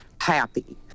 happy